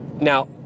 now